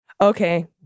Okay